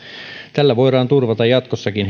tällä voidaan turvata jatkossakin